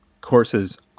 courses